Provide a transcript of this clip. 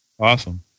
Awesome